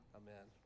amen